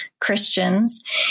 Christians